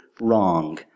wrong